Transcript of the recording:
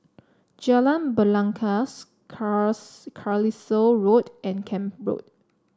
Jalan Belangkas Carlisle Road and Camp Road